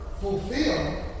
fulfill